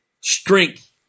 strength